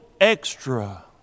extra